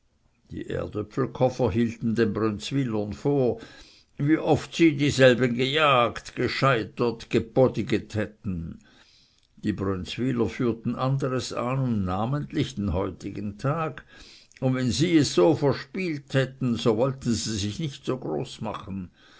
die erdöpfelkofer hielten den brönzwylern vor wie oft sie dieselben gejagt gescheitert gebodiget hätten die brönzwyler führten anderes an und namentlich den heutigen tag und wenn sie es so verspielt hätten so wollten sie sich nicht so groß machen